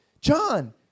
John